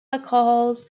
alcohols